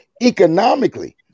economically